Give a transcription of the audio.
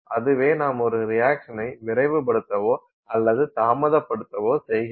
அதுவே நாம் ஒரு ரியாக்சனை விரைவுபடுத்தவோ அல்லது தாமதபடுத்தவோ செய்கிறது